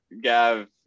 Gav